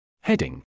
Heading